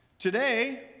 Today